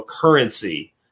currency